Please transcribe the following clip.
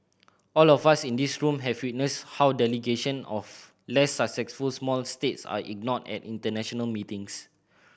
all of us in this room have witnessed how delegation of less successful small states are ignored at international meetings